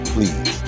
Please